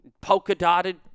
polka-dotted